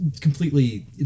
completely